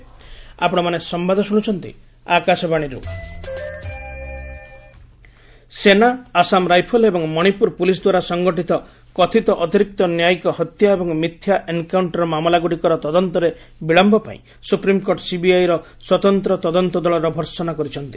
SC Manipur ସେନା Assam rifle ଏବଂ Manipur police ଦ୍ୱାରା ସଂଗଠିତ କଥିତ ଅତିରିକ୍ତ ନ୍ୟାୟିକ ହତ୍ୟା ଏବଂ ମିଥ୍ୟା ଏନ୍କାଉଣ୍ଟର ମାମଲାଗୁଡ଼ିକର ତଦନ୍ତରେ ବିଳମ୍ଘ ପାଇଁ ସୁପ୍ରିମକୋର୍ଟ ସିବିଆଇର ସ୍ପତନ୍ତ୍ର ତଦନ୍ତ ଦଳର ଭର୍ସନା କରିଛନ୍ତି